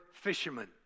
fishermen